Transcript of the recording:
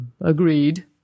Agreed